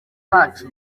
bacu